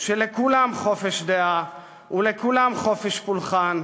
שלכולם חופש דעה ולכולם חופש פולחן,